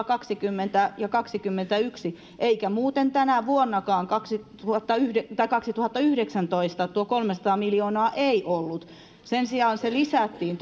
kaksikymmentä ja kaksikymmentäyksi eikä muuten tänä vuonnakaan kaksituhattayhdeksäntoista tuota kolmeasataa miljoonaa ei ollut sen sijaan se lisättiin